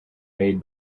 made